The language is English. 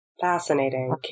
Fascinating